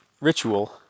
ritual